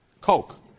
Coke